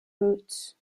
roots